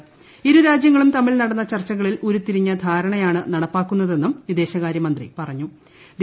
ൃഇ്രു രാജ്യങ്ങളും തമ്മിൽ നടന്ന ചർച്ചകളിൽ ഉരുത്തിരിഞ്ഞു ധാരണയാണ് നടപ്പാക്കുന്നതെന്നും വിദേശകാരൃമന്ത്രി പ്റ്റുത്തു്